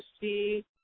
see